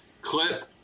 clip